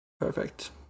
perfect